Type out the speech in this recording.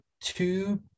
two